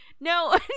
no